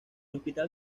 hospital